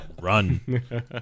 run